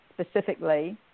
specifically